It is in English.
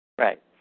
Right